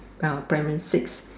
uh primary six